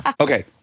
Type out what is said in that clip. Okay